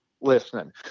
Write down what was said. listening